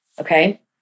Okay